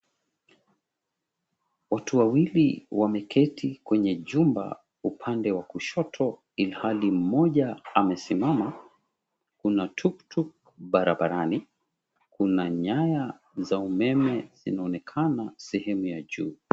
Watu wawili wameketi kwenye jumba upande wa kushoto ilhali mmoja amesimama. Kuna tuktuk barabarani. Kuna nyaya za umeme zinaonekana sehemu ya juu.